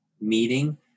meeting